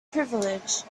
privilege